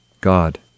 God